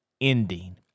ending